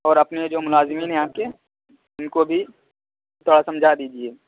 اور آپ نے جو ملازمین ہیں آپ کے ان کو بھی تھوڑا سمجھا دیجیے